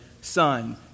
Son